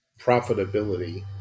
profitability